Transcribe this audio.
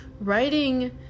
writing